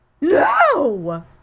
no